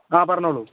ആ പറഞ്ഞോളൂ